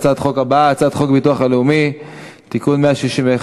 הצעת החוק תחזור לוועדה לזכויות הילד,